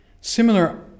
Similar